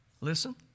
listen